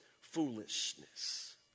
foolishness